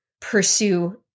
pursue